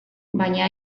baina